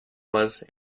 was